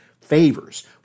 favors